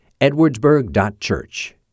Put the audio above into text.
edwardsburg.church